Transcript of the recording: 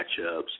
matchups